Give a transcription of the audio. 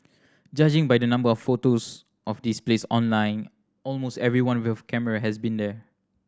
judging by the number of photos of this place online almost everyone with a camera has been here